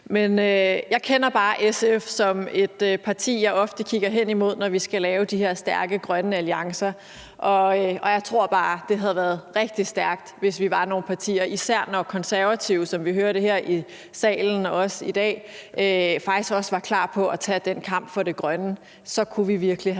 jeg kender bare SF som et parti, jeg ofte kigger hen imod, når vi skal lave de her stærke grønne alliancer, og jeg tror bare, at det havde været rigtig stærkt, hvis vi var nogle partier – især når Konservative, som vi hører det her i salen i dag, faktisk også var klar på at tage den kamp for det grønne – der virkelig kunne have